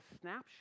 snapshot